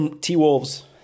T-Wolves